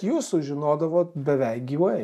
jūs sužinodavot beveik gyvai